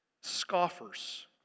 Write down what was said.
scoffers